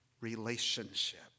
relationship